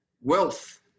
wealth